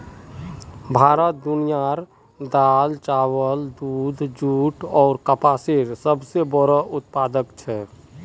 भारत दुनियार दाल, चावल, दूध, जुट आर कपसेर सबसे बोड़ो उत्पादक छे